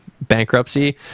bankruptcy